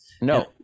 No